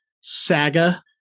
saga